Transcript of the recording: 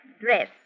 dress